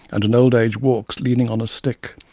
and in old age walks leaning on a stick.